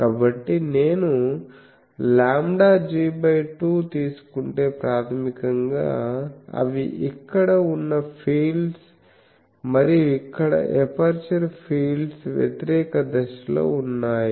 కాబట్టి నేను λg2 తీసుకుంటే ప్రాథమికంగా అవి ఇక్కడ ఉన్న ఫీల్డ్స్ మరియు ఇక్కడ ఎపర్చరు ఫీల్డ్స్ వ్యతిరేక దశలో ఉన్నాయి